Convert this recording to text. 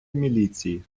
міліції